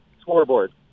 scoreboard